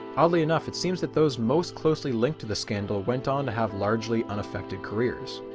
oddly enough it seems that those most closely linked to the scandal went on to have largely unaffected careers.